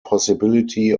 possibility